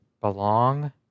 belong